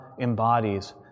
embodies